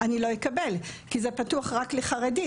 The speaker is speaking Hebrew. אני לא אקבל כי זה פתוח רק לחרדי.